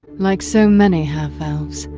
like so many half-elves,